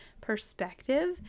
Perspective